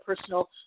personal